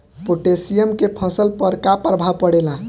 Potassium के फसल पर का प्रभाव पड़ेला?